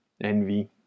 envy